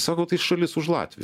sako tai šalis už latvijos